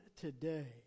today